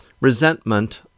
Resentment